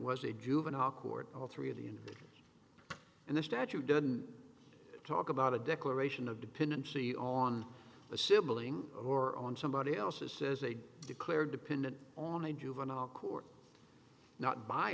was a juvenile court all three of the in and the statute didn't talk about a declaration of dependency on a sibling or on somebody else's says they declared dependent on a juvenile court not by